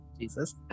jesus